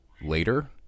later